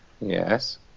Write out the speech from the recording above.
Yes